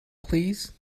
please